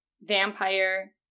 vampire